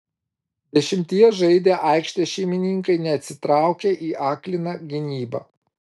dešimtyje žaidę aikštės šeimininkai neatsitraukė į akliną gynybą